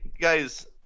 guys